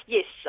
Yes